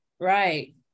right